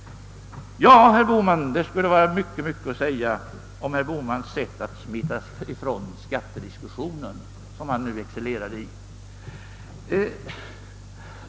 Det skulle vara mycket att säga om herr Bohmans sätt att smita ifrån skattediskussionen som han nu excellerade i.